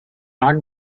not